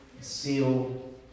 sealed